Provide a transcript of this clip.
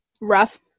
rough